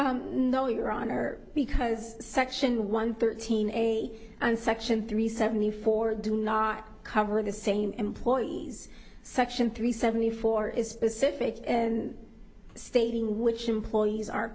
or no your honor because section one thirteen eight and section three seventy four do not cover the same employees section three seventy four is specific and stating which employees are